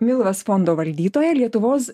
milvas fondo valdytoją lietuvos